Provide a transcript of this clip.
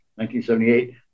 1978